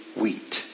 wheat